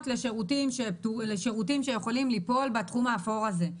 לשירותים שיכולים ליפול בתחום האפור הזה.